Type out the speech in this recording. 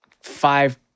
five